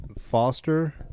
foster